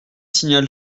signal